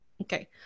Okay